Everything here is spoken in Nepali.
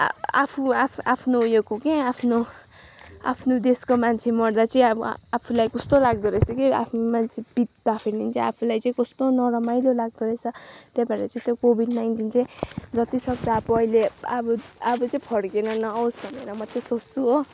आ आफू आफ्नो अफ्नो उयोको कि आफ्नो आफ्नो देशको मान्छे मर्दा चाहिँ अब आ आफूलाई कस्तो लाग्दोरहेछ कि आफ्नो मान्छे सिक भएको छ भने चाहिँ आफूलाई कस्तो नरमाइलो लाग्दोरहेछ त्यही भएर चाहिँ त्यो कोभिड नाइन्टिन चाहिँ जतिसक्दो अब अहिले अब अब चाहिँ फर्किएर नआओस् भनेर म चाहिँ सोच्छु हो